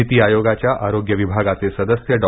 निती आयोगाच्या आरोग्य विभागाचे सदस्य डॉ